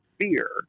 fear